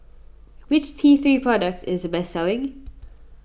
which T three product is the best selling